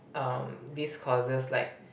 um this causes like